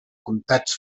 comtats